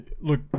Look